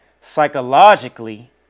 Psychologically